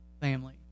family